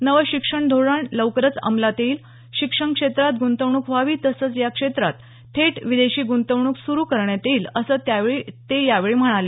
नवं शिक्षण धोरण लवकरच अंमलात येईल शिक्षण क्षेत्रात ग्रंतवणूक व्हावी तसंच या क्षेत्रात थेट विदेशी ग्रंतवणूक सुरू करण्यात येईल असं त्या यावेळी म्हणाल्या